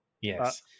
Yes